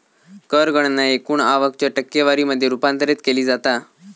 कर गणना एकूण आवक च्या टक्केवारी मध्ये रूपांतरित केली जाता